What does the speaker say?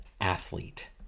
athlete